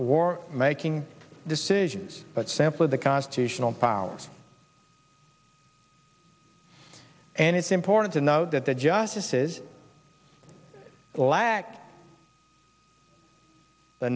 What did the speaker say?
war making decisions but simply the constitutional powers and it's important to know that the justices lacked the